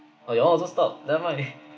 oh you all also stopped never mind